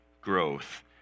growth